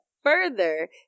further